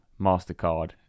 MasterCard